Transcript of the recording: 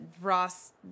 Ross